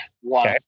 One